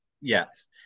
yes